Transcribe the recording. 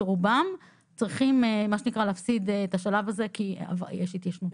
שרובם צריכים מה שנקרא להפסיד את השלב הזה כי יש התיישנות.